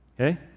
Okay